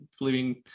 living